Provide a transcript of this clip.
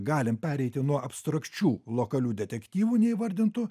galim pereiti nuo abstrakčių lokalių detektyvų neįvardintų